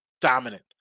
dominant